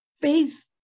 faith